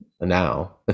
now